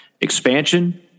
expansion